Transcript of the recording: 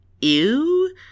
ew